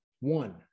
one